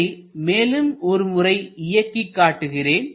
இதை மேலும் ஒருமுறை இயக்கி காட்டுகிறேன்